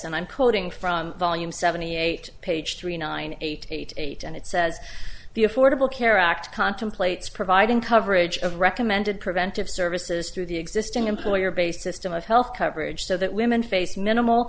and i'm quoting from volume seventy eight page three nine eight eight eight and it says the affordable care act contemplates providing coverage of recommended preventive services through the existing employer based system of health coverage so that women face minimal